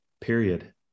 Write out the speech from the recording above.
period